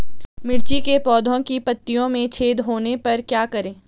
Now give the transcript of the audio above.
मिर्ची के पौधों के पत्तियों में छेद होने पर क्या करें?